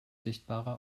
sichtbare